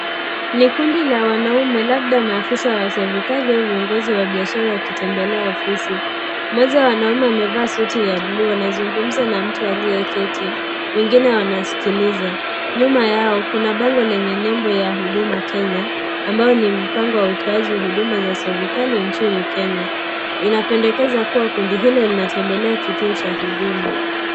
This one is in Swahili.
Ni kundi la wanaume labda maafisa wa serikali au viongozi wa biashara wakitembelea ofisi. Mmoja ya wanaume amevaa suti ya bluu anazungumza na mtu aliyeketi. Wengine wanasikiliza. Nyuma yao, kuna bango lenye nembo ya huduma Kenya, ambayo ni mpango wa utoaji huduma za serikali nchini Kenya. Inapendekeza kuwa kundi hilo linatembelea kituo cha huduma.